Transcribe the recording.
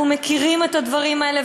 אנחנו מכירים את הדברים האלה,